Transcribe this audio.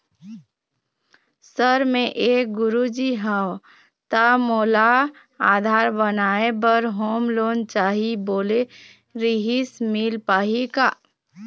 Sir मे एक गुरुजी हंव ता मोला आधार बनाए बर होम लोन चाही बोले रीहिस मील पाही का?